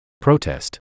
protest